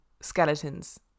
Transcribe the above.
skeletons